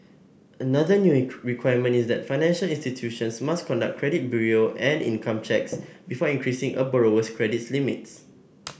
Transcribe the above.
another new requirement is that financial institutions must conduct credit bureau and income checks before increasing a borrower's credit's limits